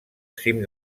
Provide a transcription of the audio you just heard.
cim